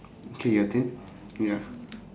okay your turn ya